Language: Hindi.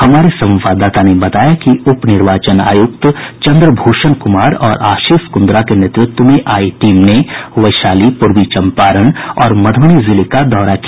हमारे संवाददाता ने बताया कि उप निर्वाचन आयुक्त चन्द्रभूषण कुमार और आशिष कुंद्रा के नेतृत्व में आई टीम ने वैशाली पूर्वी चम्पारण और मध्रबनी जिले का दौरा किया